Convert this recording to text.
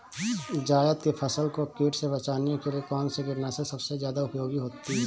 जायद की फसल को कीट से बचाने के लिए कौन से कीटनाशक सबसे ज्यादा उपयोगी होती है?